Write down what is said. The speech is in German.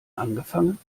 angefangen